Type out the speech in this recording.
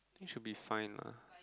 you should be fine lah